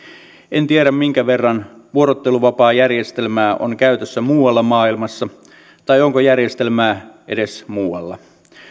en tiedä minkä verran vuorotteluvapaajärjestelmää on käytössä muualla maailmassa tai onko järjestelmää edes muualla